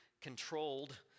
controlled